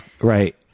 Right